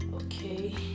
okay